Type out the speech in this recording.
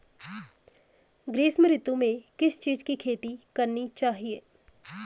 ग्रीष्म ऋतु में किस चीज़ की खेती करनी चाहिये?